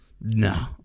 No